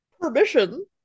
Permission